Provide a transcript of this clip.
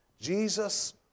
Jesus